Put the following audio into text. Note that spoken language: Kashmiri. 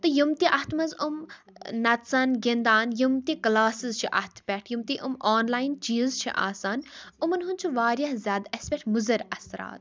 تہٕ یِم تہِ اَتھ منٛز یِم نَژان گِنٛدان یِم تہِ کٕلاسِز چھِ اَتھ پٮ۪ٹھ یِم تہِ یِم آن لایِن چیٖز چھِ آسان یِمَن ہنٛز چھِ واریاہ زیادٕ اسہِ پٮ۪ٹھ مُضِر اَثرات